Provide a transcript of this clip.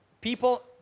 People